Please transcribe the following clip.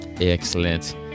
Excellent